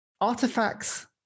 Artifacts